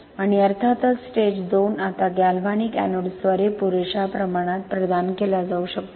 आणि अर्थातच स्टेज 2 आता गॅल्व्हॅनिक एनोड्सद्वारे पुरेशा प्रमाणात प्रदान केला जाऊ शकतो